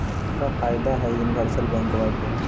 क्का फायदा हई यूनिवर्सल बैंकवा के?